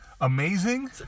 Amazing